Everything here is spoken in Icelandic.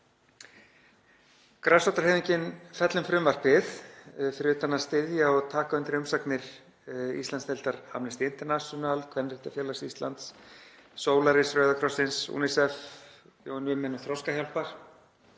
Grasrótarhreyfingin Fellum frumvarpið, fyrir utan að styðja og taka undir umsagnir Íslandsdeildar Amnesty international, Kvenréttindafélags Íslands, Solaris, Rauða krossins, UNICEF, UN Women og Þroskahjálpar,